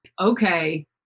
Okay